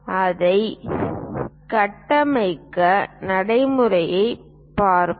அதைக் கட்டமைக்க நடைமுறையைப் பார்ப்போம்